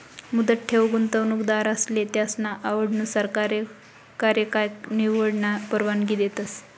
मुदत ठेव गुंतवणूकदारसले त्यासना आवडनुसार कार्यकाय निवडानी परवानगी देतस